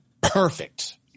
perfect